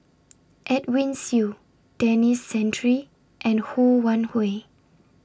Edwin Siew Denis Santry and Ho Wan Hui